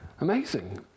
Amazing